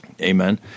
Amen